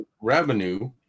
revenue